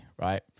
right